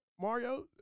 Mario